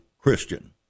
Christian